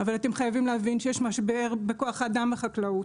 אבל אתם חייבים להבין שיש משבר בכוח אדם בחקלאות,